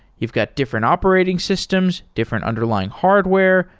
you've got different operating systems, different underlying hardware,